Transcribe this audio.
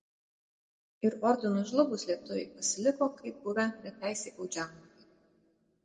ir ordinui žlugus lietuviai pasiliko kaip buvę beteisiai baudžiauninkai